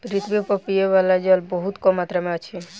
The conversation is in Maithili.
पृथ्वी पर पीबअ बला जल बहुत कम मात्रा में अछि